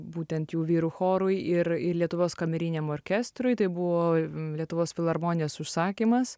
būtent jų vyrų chorui ir ir lietuvos kameriniam orkestrui tai buvo lietuvos filharmonijos užsakymas